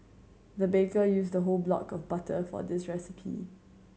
the baker used the whole block of butter for this recipe